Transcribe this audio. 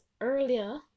earlier